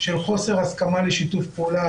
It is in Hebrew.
של חוסר הסכמה לשיתוף פעולה,